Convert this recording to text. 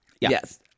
Yes